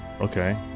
Okay